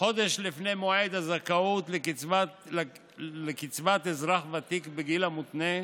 חודש לפני מועד הזכאות לקצבת אזרח ותיק בגיל המותנה,